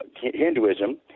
Hinduism